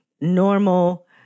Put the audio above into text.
normal